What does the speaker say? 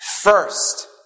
first